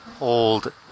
old